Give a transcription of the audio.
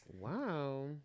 wow